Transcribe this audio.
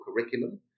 curriculum